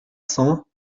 cents